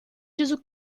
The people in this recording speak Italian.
gesù